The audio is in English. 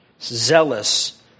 zealous